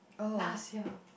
last year